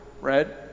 red